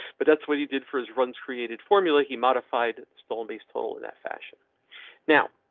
but that's what he did for his runs created formula. he modified stolen base total in that fashion now.